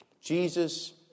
Jesus